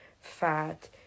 fat